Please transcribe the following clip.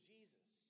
Jesus